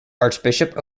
archbishop